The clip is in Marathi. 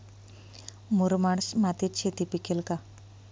मुरमाड मातीत शेती पिकेल का?